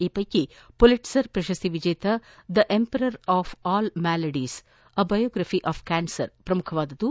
ಈ ಪೈಕಿ ಮಲಿಟ್ಟರ್ ಪ್ರಶಸ್ತಿ ವಿಜೇತ the emperor of all maladies a biography of cancer ಪ್ರಮುಖವಾದದ್ದು